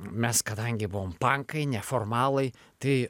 mes kadangi buvom pankai neformalai tai